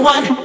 One